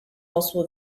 also